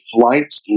flights